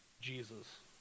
Jesus